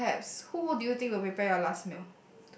perhaps who do you think will prepare your last meal